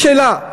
שאלה: